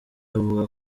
avuga